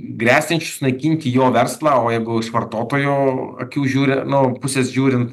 gresiančių sunaikinti jo verslą o jeigu iš vartotojo akių žiūri nu pusės žiūrint